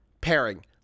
pairing